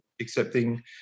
accepting